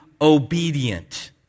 obedient